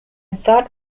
thought